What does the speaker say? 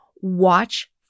watch